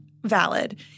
valid